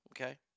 okay